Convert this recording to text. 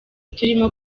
turimo